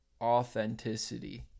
authenticity